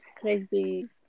crazy